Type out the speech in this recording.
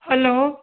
hello